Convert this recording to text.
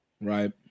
Right